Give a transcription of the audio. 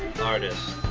artist